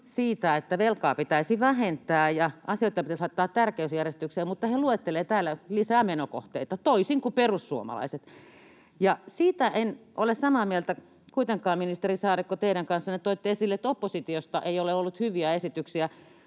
siitä, että velkaa pitäisi vähentää ja asioita pitäisi laittaa tärkeysjärjestykseen, mutta he luettelevat täällä lisää menokohteita toisin kuin perussuomalaiset. Siitä en ole samaa mieltä kuitenkaan, ministeri Saarikko, teidän kanssanne, kun toitte esille, että oppositiosta ei ole tullut hyviä esityksiä.